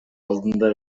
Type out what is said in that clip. алдында